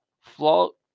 float